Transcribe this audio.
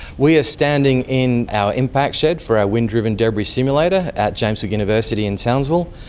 we are standing in our impact shed for our wind driven debris simulator at james cook university in townsville.